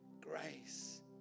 grace